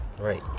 Right